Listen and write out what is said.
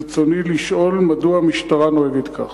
ברצוני לשאול: מדוע המשטרה נוהגת כך?